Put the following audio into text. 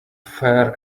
fair